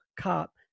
cop